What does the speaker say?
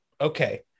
Okay